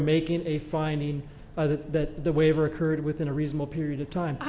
making a finding that the waiver occurred within a reasonable period of time i